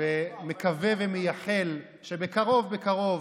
ומקווה ומייחל שבקרוב בקרוב,